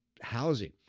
housing